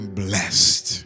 blessed